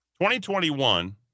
2021